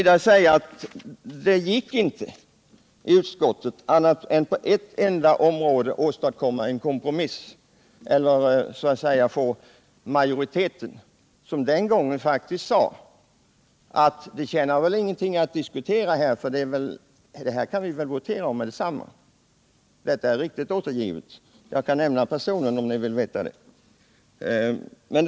Det gick inte i utskottet att på mer än en enda punkt få majoriteten att ändra sig. Man sade: Det tjänar ingenting till att diskutera. Det kan vi votera om med detsamma. Detta är korrekt återgivet och jag kan ange personen som sade det om så önskas.